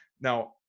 Now